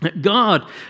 God